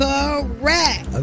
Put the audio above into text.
Correct